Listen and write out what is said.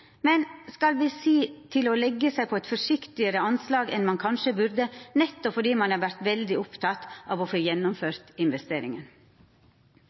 men skal vi si til å legge seg på et forsiktigere anslag enn man kanskje burde, nettopp fordi man har vært veldig opptatt av å få gjennomført investeringen».